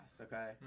okay